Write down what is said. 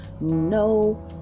no